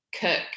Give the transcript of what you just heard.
cook